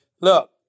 look